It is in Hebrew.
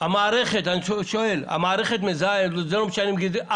אני שואל: המערכת מזהה ולא משנה אם הילד בגיל ארבע,